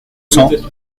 cents